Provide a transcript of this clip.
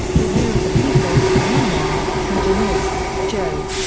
the year of the people, memoir mcginniss, joe.